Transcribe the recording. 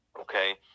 Okay